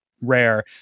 rare